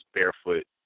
barefoot